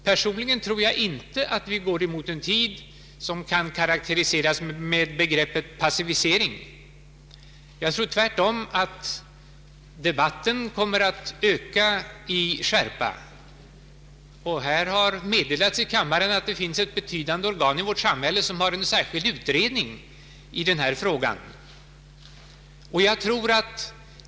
Personligen tror jag inte att vi går mot en tid som kan karakteriseras med begreppet pacificering. Jag tror tvärtom att debatten kommer att öka i skärpa. Här har i kammaren meddelats att ett betydande organ i vårt samhälle utreder denna fråga.